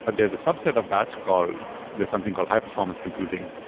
ah there's a subset of batch called there's something called high-performance computing,